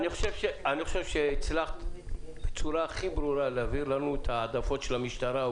אני חושב שהצלחת להבהיר לנו בצורה הכי ברורה את ההעדפות של המשטרה,